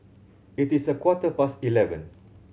it is a quarter past eleven